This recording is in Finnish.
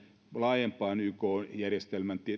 laajempaan yk järjestelmän